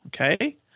Okay